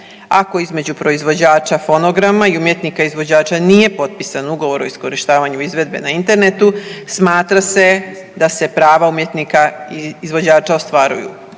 Ako između proizvođača fonograma i umjetnika izvođača nije potpisan ugovor o iskorištavanju izvedbe na internetu smatra se da se prava umjetnika izvođača ostvaruju